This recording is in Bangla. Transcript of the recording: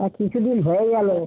তা কিছু দিন হয়ে গেলো